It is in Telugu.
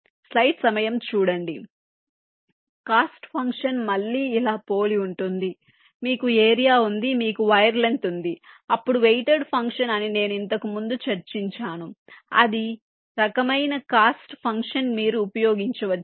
కాబట్టి కాస్ట్ ఫంక్షన్ మళ్ళీ ఇలా పోలి ఉంటుంది మీకు ఏరియా ఉంది మీకు వైర్ లెంగ్త్ ఉంది అప్పుడు వెయిటెడ్ ఫంక్షన్ అని నేను ఇంతకుముందు చర్చించాను అదే రకమైన కాస్ట్ ఫంక్షన్ మీరు ఉపయోగించవచ్చు